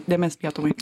dėmes lietuvai